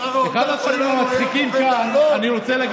שלכם זה לשקר.